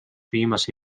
viimase